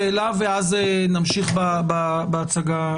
שאלה, ואז נמשיך בהצגה שלכן.